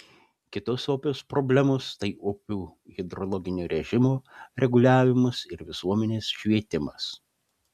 kitos opios problemos tai upių hidrologinio režimo reguliavimas ir visuomenės švietimas